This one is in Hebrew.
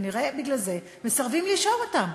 כנראה בגלל זה מסרבים לרשום אותם.